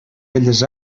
belles